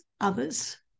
others